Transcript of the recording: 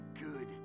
good